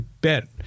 bet